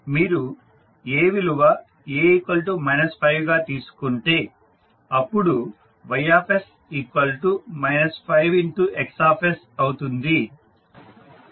మీరు A విలువ A 5 గా తీసుకొంటే అప్పుడు Ys 5X అవుతుంది